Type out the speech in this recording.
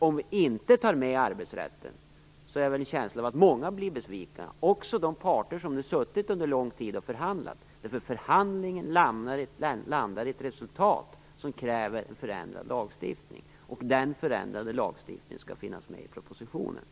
Om vi inte tar med arbetsrätten blir, det har jag en känsla av, många besvikna - också de parter som under en lång tid har förhandlat. Förhandlingen landar i ett resultat som kräver en förändrad lagstiftning. Den förändrade lagstiftningen skall finnas med i propositionen.